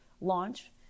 launch